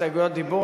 הסתייגויות דיבור,